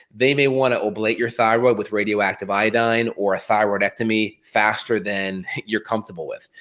they may wanna ablate your thyroid with radioactive iodine or thyroidectomy faster than you're comfortable with.